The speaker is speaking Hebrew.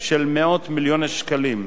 של מאות מיליוני שקלים.